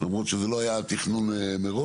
למרות שזה לא היה התכנון מראש,